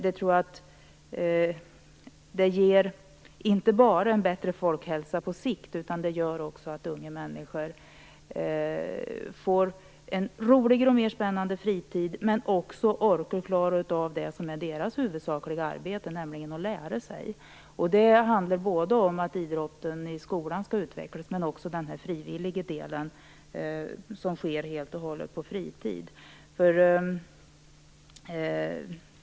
Jag tror att det inte bara ger en bättre folkhälsa på sikt utan också ger unga människor en roligare och mer spännande fritid, så att de orkar klara av det som är deras huvudsakliga arbete, nämligen att lära sig. Det handlar både om idrotten i skolan, som skall utvecklas, och om den frivilliga delen, som sker helt och hållet på fritid.